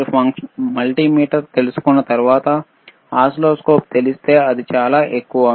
మీరు మల్టీమీటర్ తెలుసుకున్న తర్వాత ఓసిల్లోస్కోప్ తెలిస్తే అది చాలా ఎక్కువ